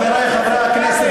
חברי חברי הכנסת,